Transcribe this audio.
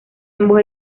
ambos